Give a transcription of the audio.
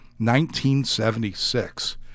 1976